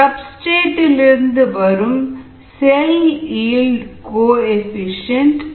substrate இலிருந்து வரும் cell yield coefficient 0